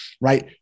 right